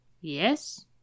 Yes